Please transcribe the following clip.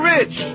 Rich